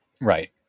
Right